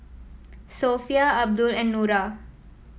Sofea Abdul and Nura